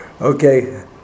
okay